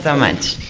so much.